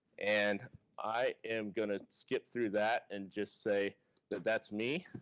and i am gonna skip through that and just say that that's me,